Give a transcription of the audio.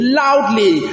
loudly